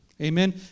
Amen